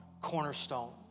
Cornerstone